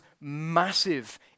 massive